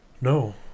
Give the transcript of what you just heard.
No